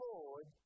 Lord